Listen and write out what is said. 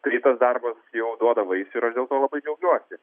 tai tas darbas jau duoda vaisių ir aš dėl to labai džiaugiuosi